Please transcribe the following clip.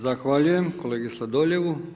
Zahvaljujem kolegi Sladoljevu.